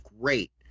great